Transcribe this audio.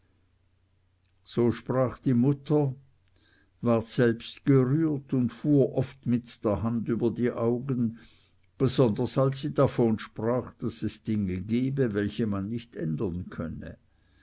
so sprach die mutter ward selbst gerührt und fuhr oft mit der hand über die augen besonders als sie davon sprach daß es dinge gebe welche man nicht ändern könne